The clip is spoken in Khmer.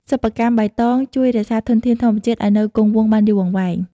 សិប្បកម្មបៃតងជួយរក្សាធនធានធម្មជាតិឱ្យនៅគង់វង្សបានយូរអង្វែង។